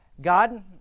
god